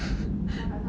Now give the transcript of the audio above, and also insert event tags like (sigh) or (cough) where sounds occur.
(laughs)